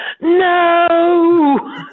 no